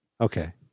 Okay